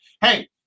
Hey